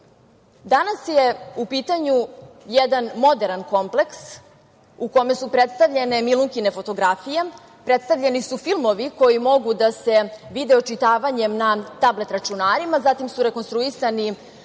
Danas je u pitanju jedan moderan kompleks u kome su predstavljene Milunkine fotografije, predstavljeni su filmovi koji mogu da se vide očitavanjem na tablet računarima. Zatim su rekonstruisani rovovi